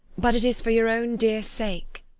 but it is for your own dear sake.